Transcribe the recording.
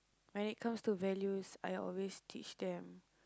when it comes to values I always teach them